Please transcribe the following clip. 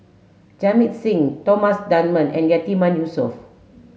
Jamit Singh Thomas Dunman and Yatiman Yusof